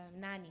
Nani